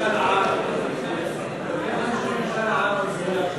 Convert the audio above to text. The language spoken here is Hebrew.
2 נתקבלו.